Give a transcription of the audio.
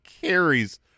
carries